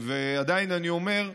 עדיין אני אומר: